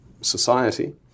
society